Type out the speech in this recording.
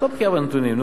את לא בקיאה בנתונים.